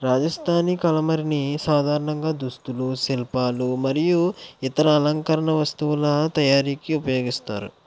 రాజస్థాని కలమరిని సాధారణంగా దుస్తులు శిల్పాలు మరియు ఇతర అలంకరణ వస్తువుల తయారీకి ఉపయోగిస్తారు